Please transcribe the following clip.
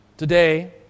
Today